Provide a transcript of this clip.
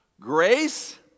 Grace